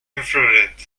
infrared